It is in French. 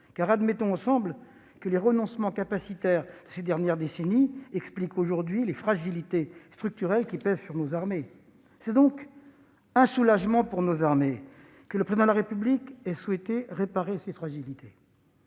? Admettons ensemble que les renoncements capacitaires des dernières décennies expliquent les fragilités structurelles que subissent aujourd'hui nos armées. C'est donc un soulagement pour nos armées que le Président de la République ait souhaité réparer ces fragilités,